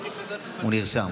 הוא נרשם,